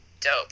dope